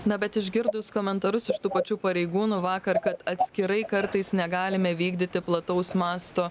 na bet išgirdus komentarus iš tų pačių pareigūnų vakar kad atskirai kartais negalime vykdyti plataus masto